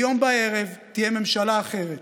היום בערב תהיה ממשלה אחרת,